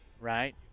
right